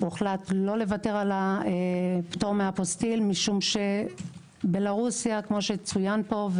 הוחלט לא לוותר על הפטור מאפוסטיל כי בלרוסיה כפי שצוין פה,